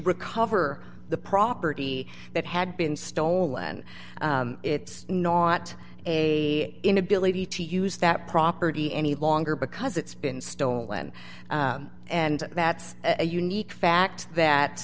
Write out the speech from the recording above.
recover the property that had been stolen it's not a inability to use that property any longer because it's been stolen and that's a unique fact that